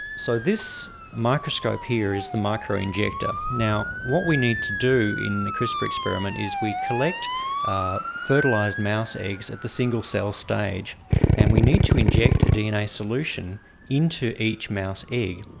so this microscope here is the micro-injector. what we need to do in the crispr experiment is we collect fertilised mouse eggs at the single-cell stage and we need to inject a dna solution into each mouse egg.